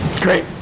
great